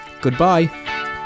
goodbye